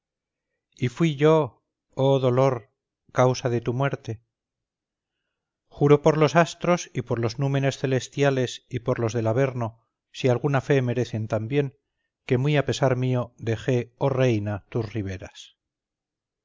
y fui yo oh dolor causa de tu muerte juro por los astros y por los númenes celestiales y por los del averno si alguna fe merecen también que muy a pesar mío dejé oh reina tus riberas